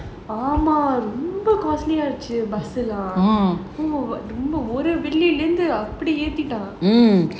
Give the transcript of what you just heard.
ஆமா ரொம்ப:aamaa romba costly lah ஆய்டுச்சு எல்லாம் இருந்து ரொம்ப ஏத்திட்டான்:aiduchu ellaam irunthu romba yaethitaan